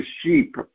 sheep